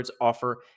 offer